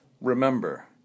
Remember